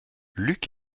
luc